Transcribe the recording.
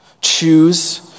Choose